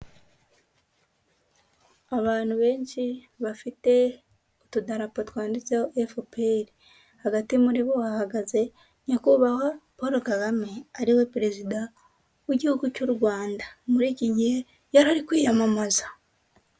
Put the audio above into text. Abantu benshi bafite utudarapo twanditseho Efuperi, hagati muri bo hahagaze Nyakubahwa Paul Kagame ari we perezida w'igihugu cy'u Rwanda, muri iki gihe yari ari kwiyamamaza.